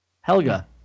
Helga